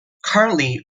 currently